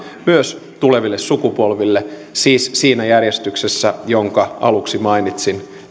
myös tuleville sukupolville siis siinä järjestyksessä jonka aluksi mainitsin